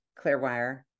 Clearwire